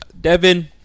Devin